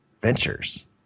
ventures